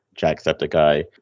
Jacksepticeye